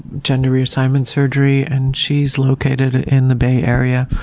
gender reassignment surgery, and she's located in the bay area.